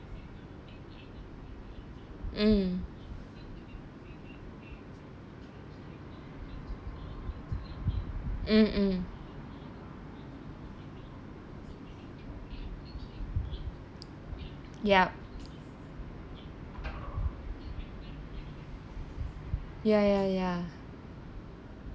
mm mm mm yup ya ya ya